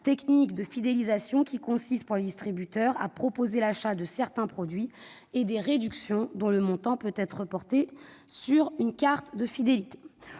technique de fidélisation qui consiste pour les distributeurs à proposer l'achat de certains produits et des réductions, dont le montant peut être reporté sur une carte. Il